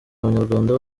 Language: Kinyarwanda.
abanyarwanda